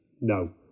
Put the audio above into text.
No